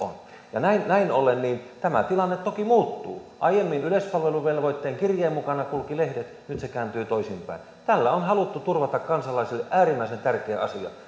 ja näin näin ollen tämä tilanne toki muuttuu aiemmin yleispalveluvelvoitteen kirjeen mukana kulkivat lehdet nyt se kääntyy toisinpäin tällä on haluttu turvata kansalaisille äärimmäisen tärkeä asia